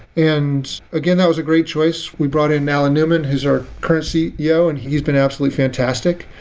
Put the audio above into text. and again, that was a great choice. we brought in allan naumann, who's our current ceo, and he's been absolutely fantastic.